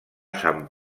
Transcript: sant